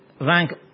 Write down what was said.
rank